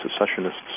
Secessionists